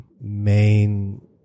main